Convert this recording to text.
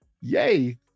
Yay